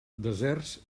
deserts